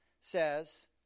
says